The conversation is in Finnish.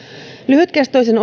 lyhytkestoisen